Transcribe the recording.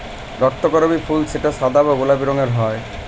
রক্তকরবী ফুল যেটা সাদা বা গোলাপি রঙের হ্যয়